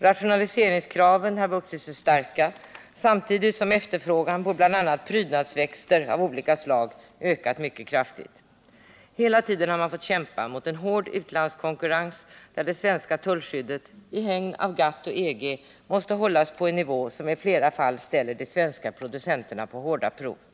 Rationaliseringskraven har vuxit sig starka samtidigt som efterfrågan på bl.a. prydnadsväxter av olika slag har ökat mycket kraftigt. Hela tiden har man fått kämpa mot en hård utlandskonkurrens, där det svenska tullskyddet i hägn av GATT och EG måste hållas på en nivå som i flera fall ställer de svenska producenterna på Nr 159 hårda prov.